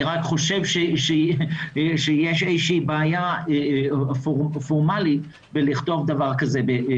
אני רק חושב שיש איזו בעיה פורמלית לכתוב דבר כזה בתקנות.